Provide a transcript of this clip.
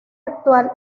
actual